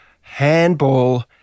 handball